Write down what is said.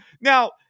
Now